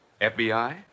FBI